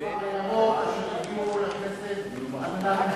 "הכפר הירוק", שהגיעו לכנסת על מנת,